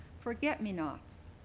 forget-me-nots